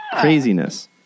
craziness